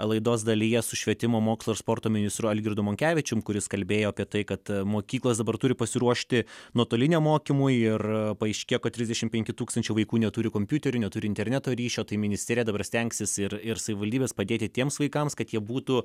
laidos dalyje su švietimo mokslo ir sporto ministru algirdu monkevičium kuris kalbėjo apie tai kad mokyklos dabar turi pasiruošti nuotoliniam mokymui ir paaiškėjo kad trisdešim penki tūkstančiai vaikų neturi kompiuterių neturi interneto ryšio tai ministerija dabar stengsis ir ir savivaldybės padėti tiems vaikams kad jie būtų